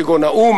כגון האו"ם,